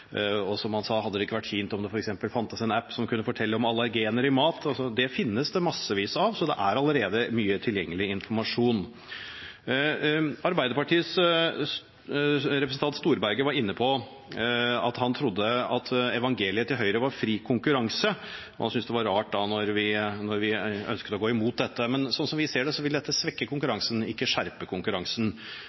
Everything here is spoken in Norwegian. Som han sa: Hadde det ikke vært fint om det f.eks. fantes en app som kunne fortelle om allergener i mat. Det finnes det massevis av, så det er allerede mye tilgjengelig informasjon. Arbeiderpartiets representant Storberget var inne på at han trodde at evangeliet til Høyre var fri konkurranse, og han syntes det var rart når vi ønsket å gå imot dette. Slik vi ser det, vil dette svekke konkurransen, ikke skjerpe konkurransen.